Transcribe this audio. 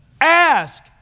Ask